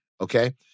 Okay